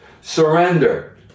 Surrender